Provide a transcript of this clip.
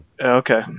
Okay